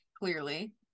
clearly